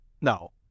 No